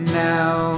now